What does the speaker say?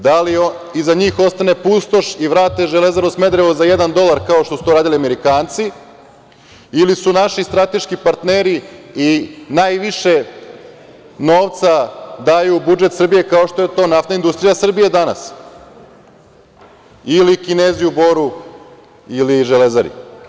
Da li iza njih ostane pustoš i vrate „Železaru“ Smederevo za jedan dolar, kao što su to radili Amerikanci, ili su naši strateški partneri i najviše novca daju u budžet Srbije, kao što je to NIS danas ili Kinezi u Boru ili u „Železari“